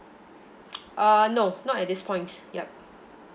uh no not at this point yup